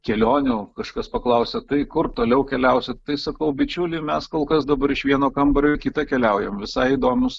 kelionių kažkas paklausia tai kur toliau keliausi tai sakau bičiuli mes kol kas dabar iš vieno kambario į kitą keliaujam visai įdomūs